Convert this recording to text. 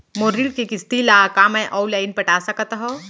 मोर ऋण के किसती ला का मैं अऊ लाइन पटा सकत हव?